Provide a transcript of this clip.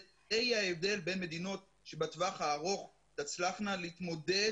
זה יהיה ההבדל בין מדינות שבטווח הארוך תצלחנה להתמודד